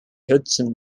hudson